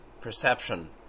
perception